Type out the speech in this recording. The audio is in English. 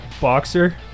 boxer